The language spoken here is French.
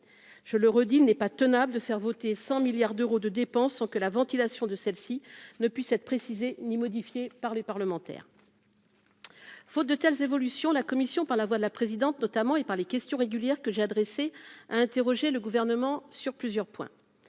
je le redis, n'est pas tenable de faire voter 100 milliards d'euros de dépenses sans que la ventilation de celle-ci ne puisse être précisée ni modifié par les parlementaires. Faute de telles évolutions, la Commission, par la voix de la présidente notamment et par les questions régulière que j'ai adressée à interroger le gouvernement sur plusieurs points